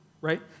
right